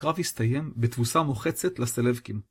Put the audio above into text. הקרב הסתיים בתבוסה מוחצת לסלבקים.